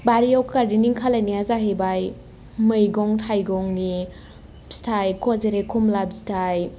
बारियाव गार्देनिं खालायनाया जाहैबाय मैगं थाइगंनि फिथाइ जेरै खमला फिथाइ